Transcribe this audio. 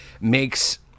makes